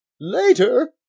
later